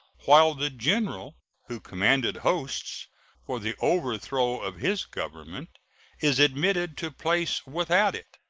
while the general who commanded hosts for the overthrow of his government is admitted to place without it.